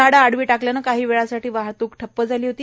झाडे आडवी टाकल्याने काही वेळासाठी वाहत्क ठप्प झाली होती